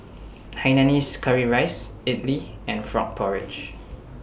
Hainanese Curry Rice Idly and Frog Porridge